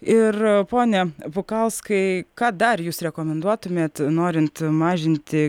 ir pone pukauskai ką dar jūs rekomenduotumėt norint mažinti